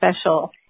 special